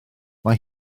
mae